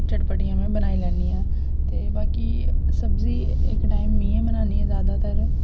चटपटियां में बनाई लैनियां ते बाकी सब्जी इक टाइम में गै बनानी जादातर